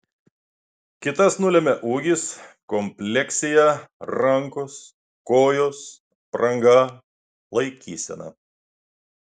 kitas nulemia ūgis kompleksija rankos kojos apranga laikysena